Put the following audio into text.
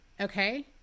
okay